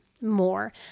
more